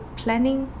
planning